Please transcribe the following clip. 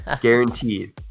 Guaranteed